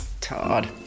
Todd